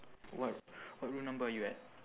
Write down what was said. what what room number are you at